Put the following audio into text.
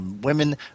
women